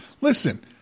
Listen